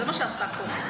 וזה מה שעשה הכוהן.